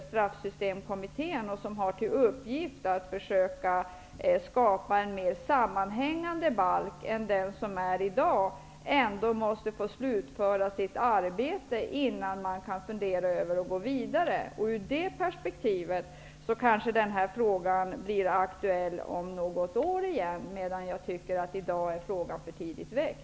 Straffsystemkommittén, som har till uppgift att försöka skapa en mer sammanhängande balk än den som finns i dag, måste få slutföra sitt arbete innan man kan gå vidare. I det perspektivet kan frågan bli aktuell om något år, men i dag är den för tidigt väckt.